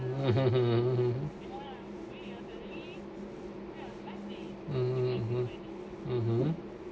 mmhmm mmhmm mm mmhmm